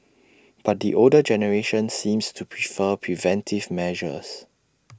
but the older generation seems to prefer preventive measures